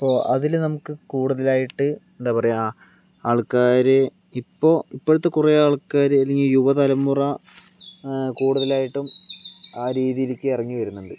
IP അതില് നമുക്ക് കൂടുതലായിട്ട് എന്താ പറയുക ആൾക്കാര് ഇപ്പോൾ ഇപ്പോഴത്തെ കുറെ ആൾക്കാര് ഈ യുവ തലമുറ കൂടുതൽ ആയിട്ടും ആ രീതിയിലേക്ക് ഇറങ്ങി വരുന്നുണ്ട്